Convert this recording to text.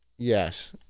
Yes